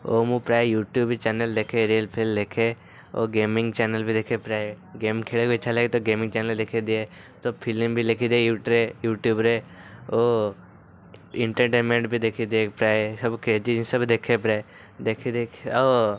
ଓ ମୁଁ ପ୍ରାୟ YouTube channel ଦେଖେ ରିଲ୍ ଫିଲ୍ ଦେଖେ ଓ ଗେମିଂ ଚ୍ୟାନେଲ୍ ବି ଦେଖେ ପ୍ରାୟ ଗେମ୍ ଖେଳିବାକୁ ଇଚ୍ଛା ଲାଗେ ତ ଗେମିଂ ଚ୍ୟାନେଲ୍ ଦେଖିଦିଏ ତ ଫିଲ୍ମ ବି ଦେଖିଦିଏ ୟୁଟ୍ୟୁବ୍ରେ ଓ ଏଣ୍ଟରଟେନମେଣ୍ଟ ବି ଦେଖିଦିଏ ପ୍ରାୟ ସବୁ କ୍ରେଜି ଜିନିଷ ବି ଦେଖେ ପ୍ରାୟ ଦେଖି ଦେଖି ଓ